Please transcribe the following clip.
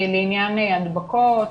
לעניין הדבקות,